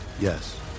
Yes